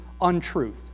untruth